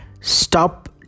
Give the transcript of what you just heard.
stop